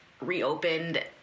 reopened